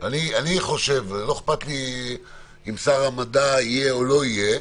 לא אכפת לי אם שר המדע יהיה או לא יהיה,